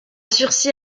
sursis